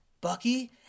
Bucky